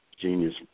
genius